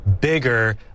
bigger